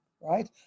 right